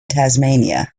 tasmania